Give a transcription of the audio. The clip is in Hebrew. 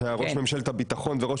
שהיה ראש ממשלת הביטחון וראש